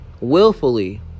willfully